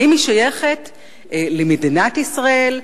האם היא שייכת למדינת ישראל,